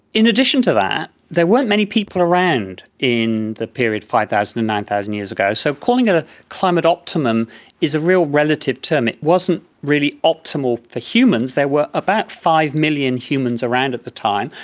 in addition to that, there weren't many people around in the period five thousand and nine thousand years ago, so calling it a climate optimum is a real relative term. it wasn't really optimal for humans. there were about five million humans around at the time,